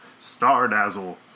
Stardazzle